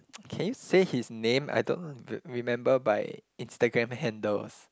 can you say his name I don't remember by Instagram handles